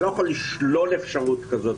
אני לא יכול לשלול אפשרות כזאת,